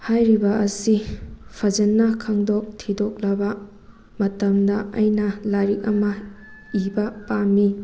ꯍꯥꯏꯔꯤꯕ ꯑꯁꯤ ꯐꯖꯅ ꯈꯪꯗꯣꯛ ꯊꯤꯗꯣꯛꯂꯕ ꯃꯇꯝꯗ ꯑꯩꯅ ꯂꯥꯏꯔꯤꯛ ꯑꯃ ꯏꯕ ꯄꯥꯝꯃꯤ